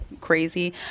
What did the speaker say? crazy